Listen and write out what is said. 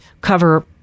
cover